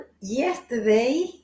yesterday